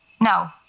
No